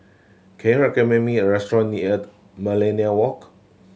can you recommend me a restaurant near Millenia Walk